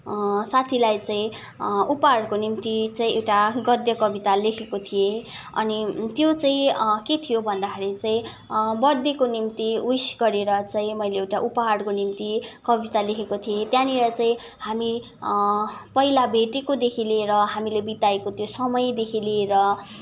साथीलाई चाहिँ उपहारको निम्ति चाहिँ एउटा गद्य कविता लेखेको थिए अनि त्यो चाहिँ के थियो भन्दाखेरि चाहिँ बर्थडेको निम्ति विस गरेर चाहिँ मैले एउटा उपहारको निम्ति कविता लेखेको थिएँ त्यहाँनिर चाहिँ हामी पहिला भेटेकोदेखि लिएर हामीले बिताएको त्यो समयदेखि लिएर